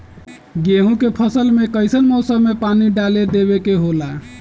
गेहूं के फसल में कइसन मौसम में पानी डालें देबे के होला?